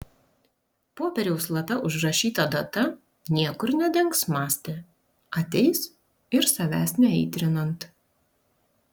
popieriaus lape užrašyta data niekur nedings mąstė ateis ir savęs neaitrinant